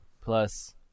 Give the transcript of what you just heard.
plus